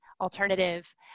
alternative